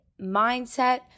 mindset